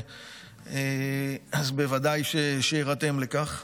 בוודאי אירתם לכך.